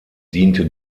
diente